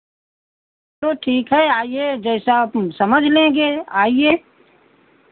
तो ठीक है आइए जैसा आप समझ लेंगे आइए